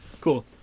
Cool